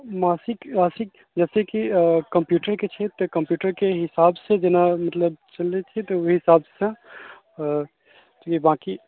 मासिक राशि जतेक कि कम्प्यूटरके छै कम्प्यूटरके हिसाबसँ जेना मतलब सुनने छियै तऽ ओही हिसाबसँ चूँकि बाँकी